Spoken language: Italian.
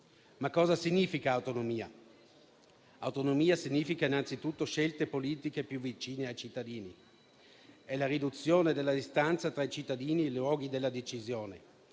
Ma cosa significa autonomia? Autonomia significa innanzitutto scelte politiche più vicine ai cittadini; è la riduzione della distanza tra i cittadini e i luoghi della decisione;